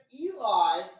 Eli